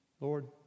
Lord